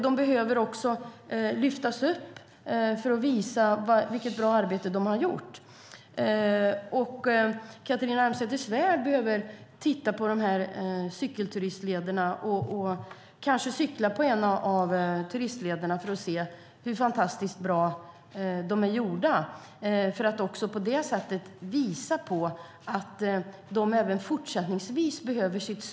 De behöver också lyftas upp för att man ska visa vilket bra arbete de har gjort. Catharina Elmsäter-Svärd behöver titta på de här cykelturistlederna och kanske cykla på en av turistlederna för att se hur fantastiskt bra de är gjorda. På det sättet kan hon visa på att de som arbetar ideellt även fortsättningsvis behöver stöd.